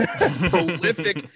prolific